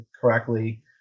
correctly